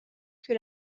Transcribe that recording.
que